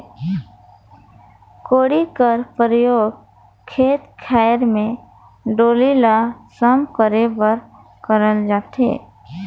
कोड़ी कर परियोग खेत खाएर मे डोली ल सम करे बर करल जाथे